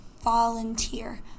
volunteer